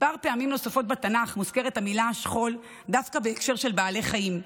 מספר פעמים נוספות בתנ"ך מוזכרת המילה "שכול" דווקא בהקשר של בעלי חיים,